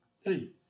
hey